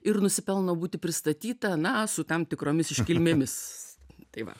ir nusipelno būti pristatyta na su tam tikromis iškilmėmis tai va